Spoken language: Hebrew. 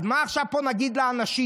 אז מה נגיד עכשיו לאנשים?